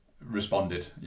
responded